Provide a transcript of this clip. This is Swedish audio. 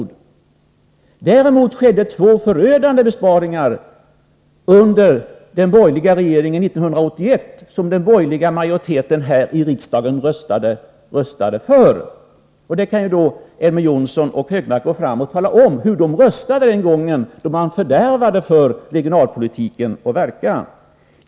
Däremot skedde två förödande besparingar under den borgerliga regeringen, nämligen 1981, som den borgerliga majoriteten här i riksdagen röstade för. Elver Jonsson och Anders Högmark kan ju träda fram och tala om hur de röstade den gången, när man försämrade regionalpolitikens möjligheter att verka.